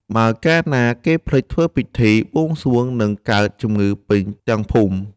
បើកាលណាគេភ្លេចធ្វើពិធី បួងសួងនឹងកើតជំងឺពេញទាំងភូមិ ។